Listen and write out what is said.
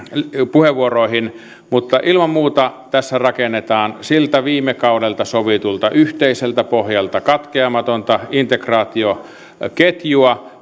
puheenvuoroihin mutta ilman muuta tässä rakennetaan siltä viime kaudelta sovitulta yhteiseltä pohjalta katkeamatonta integraatioketjua